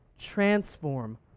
transform